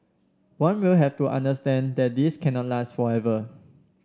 one will have to understand that this cannot last forever